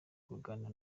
kuganira